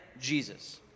Jesus